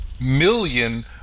million